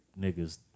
niggas